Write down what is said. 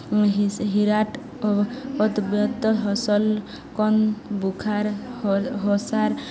ହିରାଟ୍ ଅତ୍ବ୍ୟତ୍ ହସଲ୍ କନ୍ ବୁଖାର୍ ହସାର୍